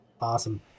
Awesome